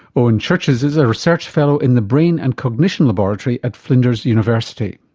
owen churches is a research fellow in the brain and cognition laboratory at flinders university.